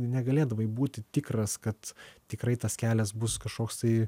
negalėdavai būti tikras kad tikrai tas kelias bus kažkoks tai